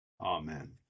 amen